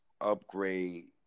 upgrade